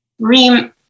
Reem